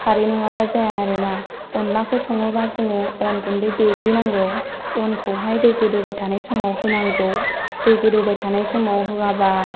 खारै नङाबा जाया आरोना अनलाखौ सङोबा जोङो अन गुन्दै देग्लिनांगौ अनखौहाय दै गोदौबाय थानाय समाव होनांगौ दै गोदौबाय थानाय समाव होआबा